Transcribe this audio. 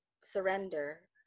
surrender